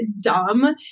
dumb